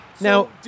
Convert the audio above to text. Now